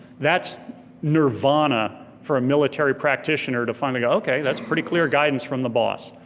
that's nirvana for a military practitioner to finally go, okay, that's pretty clear guidance from the boss.